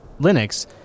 Linux